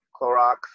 Clorox